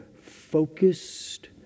focused